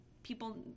People